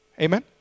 Amen